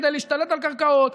כדי להשתלט על קרקעות,